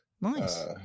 Nice